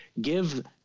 Give